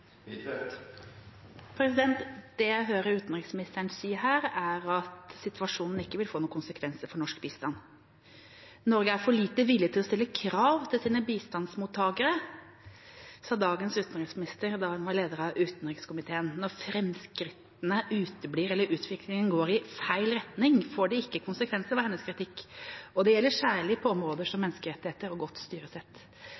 Det jeg hører utenriksministeren si her, er at situasjonen ikke vil få noen konsekvenser for norsk bistand. Norge er for lite villig til å stille krav til sine bistandsmottakere, sa dagens utenriksminister da hun var leder av utenriks- og forsvarskomiteen. Når framskrittene uteblir eller utviklingen går i feil retning, får det ikke konsekvenser, var hennes kritikk, og det gjelder særlig på områder som